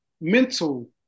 mental